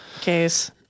case